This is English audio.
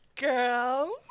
Girl